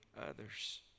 others